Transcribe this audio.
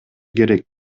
керек